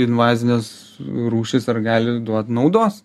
invazinės rūšys ar gali duot naudos